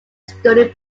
studied